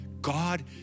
God